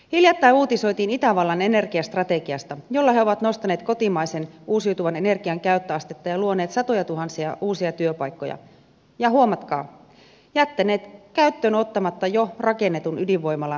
hiljattain uutisoitiin itävallan energiastrategiasta jolla maa on nostanut kotimaisen uusiutuvan energian käyttöastetta ja luonut satojatuhansia uusia työpaikkoja ja huomatkaa jättänyt ottamatta käyttöön jo rakennetun ydinvoimalan tarpeettomana